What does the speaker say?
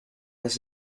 this